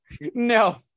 no